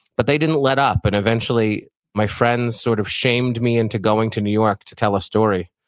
but they didn't let up, and eventually my friends sort of shamed me into going to new york to tell a story.